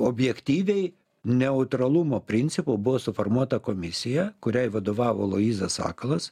objektyviai neutralumo principu buvo suformuota komisija kuriai vadovavo aloyzas sakalas